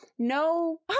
No